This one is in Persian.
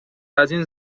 ازاین